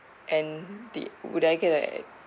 and the would I get a~